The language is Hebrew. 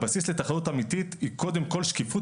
הבסיס לתחרות אמיתית היא קודם כל שקיפות